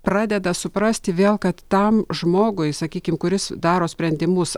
pradeda suprasti vėl kad tam žmogui sakykim kuris daro sprendimus